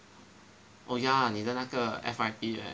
oh ya 你的那个 F_Y_P